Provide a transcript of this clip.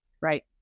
Right